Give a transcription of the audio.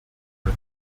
for